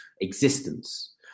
existence